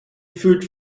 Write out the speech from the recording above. food